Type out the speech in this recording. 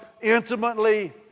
intimately